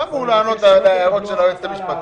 אמור לענות להערות של היועצת המשפטית.